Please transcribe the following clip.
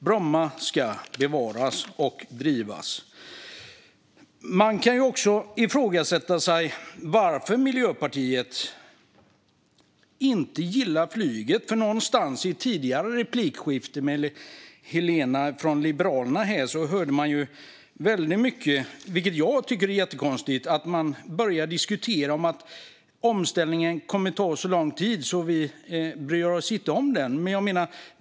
Bromma ska bevaras och drivas vidare. Man kan också fråga sig varför Miljöpartiet inte gillar flyget. I ett tidigare replikskifte med Helena från Liberalerna hörde vi väldigt tydligt att man, vilket jag tycker är jättekonstigt, talar om att omställningen kommer att ta så lång tid att man inte bryr sig om den.